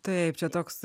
taip čia toks